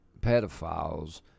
pedophiles